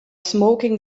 smoking